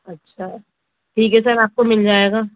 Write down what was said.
اچھا ٹھیک ہے سر آپ کو مل جائے گا